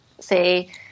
say